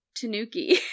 Tanuki